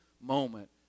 moment